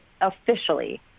officially